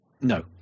No